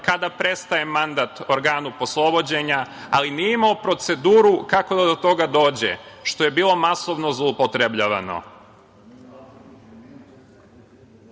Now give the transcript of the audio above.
kada prestaje mandat organu poslovođenja, ali nije imao proceduru kako da do toga dođe, što je bilo masovno zloupotrebljavano. Zakon